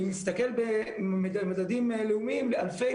אם נסתכל על מדדים לאומיים לאלפי,